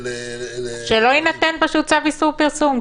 --- שלא יינתן פשוט צו איסור פרסום.